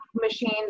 machines